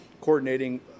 coordinating